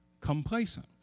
complacent